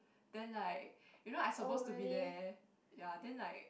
then like you know I supposed to be there ya then like